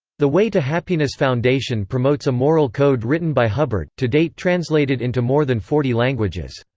the way to happiness foundation promotes a moral code written by hubbard, to date translated into more than forty languages.